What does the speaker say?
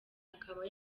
akaba